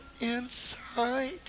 inside